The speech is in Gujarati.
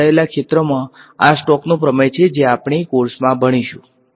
તેથીઆ જોડાયેલા રીજીયોન માટેને સ્ટોકનો થીયરમ છે જેનો આપણે અભ્યાસક્રમમાં ઉપયોગ કરીશું